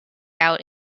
out